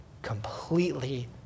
completely